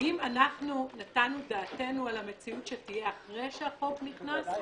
האם נתנו דעתנו על המציאות שתהיה אחרי שהחוק נכנס?